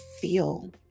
feel